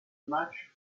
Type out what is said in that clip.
matches